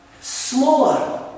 smaller